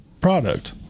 product